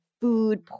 food